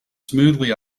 smoothly